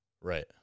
Right